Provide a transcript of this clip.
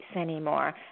anymore